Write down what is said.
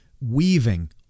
weaving